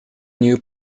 new